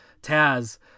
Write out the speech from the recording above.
Taz